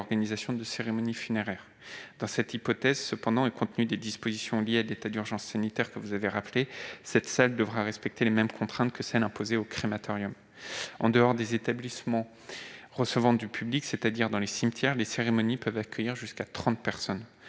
l'organisation des cérémonies funéraires. Toutefois, dans cette hypothèse, compte tenu des dispositions liées à l'état d'urgence sanitaire, que vous avez rappelées, cette salle doit respecter les mêmes contraintes que celles qui sont imposées aux crématoriums. En dehors des établissements recevant du public (ERP), c'est-à-dire dans les cimetières, les cérémonies peuvent accueillir jusqu'à trente personnes.